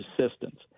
assistance